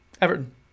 Everton